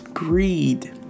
Greed